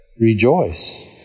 Rejoice